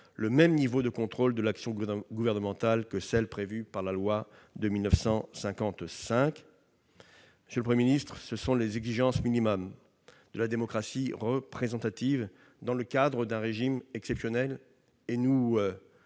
le même niveau de contrôle de l'action gouvernementale que ce qui est prévu par la loi de 1955. Monsieur le Premier ministre, ce sont là les exigences minimales de la démocratie représentative dans le cadre d'un régime exceptionnel. Nous